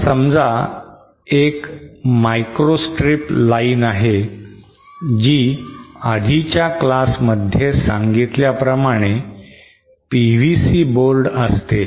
आता समजा एक मायक्रो स्ट्रीप लाईन आहे जी आधीच्या क्लास मध्ये सांगितल्याप्रमाणे PVC board असते